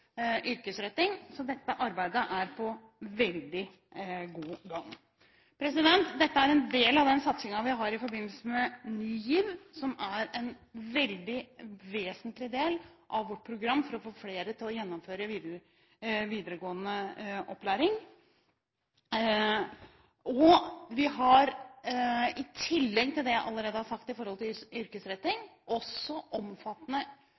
yrkesretting, så dette arbeidet er veldig godt i gang. Dette er en del av den satsingen vi har i forbindelse med Ny GIV, som er en vesentlig del av vårt program for å få flere til å gjennomføre videregående opplæring. I tillegg til det jeg allerede har sagt